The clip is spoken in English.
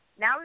Now